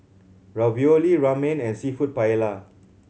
Ravioli Ramen and Seafood Paella